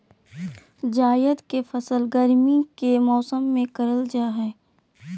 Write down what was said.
जायद के फसल गर्मी के मौसम में करल जा हइ